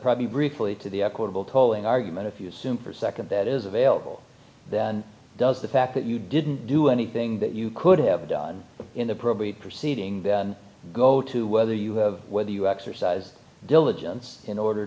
probably briefly to the equitable tolling argument if you assume for a second that is available then does the fact that you didn't do anything that you could have done in a probate proceeding go to whether you have whether you exercise diligence in order